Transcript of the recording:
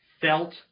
felt